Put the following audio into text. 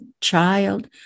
child